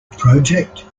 project